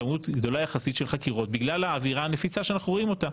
גדולה יחסית של חקירות בגלל האווירה הנפיצה שאנחנו רואים אותה.